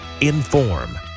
Inform